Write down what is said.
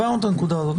הבנו את הנקודה הזאת.